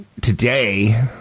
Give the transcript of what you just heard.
today